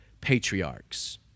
patriarchs